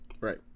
right